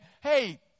Hey